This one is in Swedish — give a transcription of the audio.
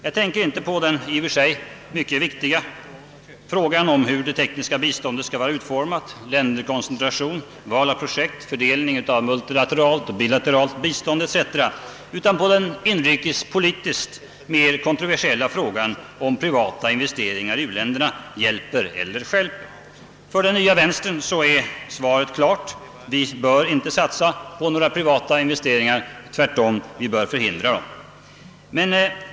Jag tänker inte på den i och för sig mycket viktiga frågan om hur det tekniska biståndet skall utformas — länderkoncentration, val av projekt, fördelningen av multilateralt och bilateralt bistånd etc. — utan på den inrikespolitiskt mer kontroversiella frågan, huruvida privata investeringar i u-länderna hjälper eller stjälper. För den nya vänstern är svaret klart: vi bör inte satsa på några privata investeringar — vi bör tvärtom förhindra dem.